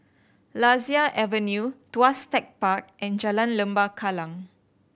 Lasia Avenue Tuas Tech Park and Jalan Lembah Kallang